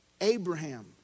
Abraham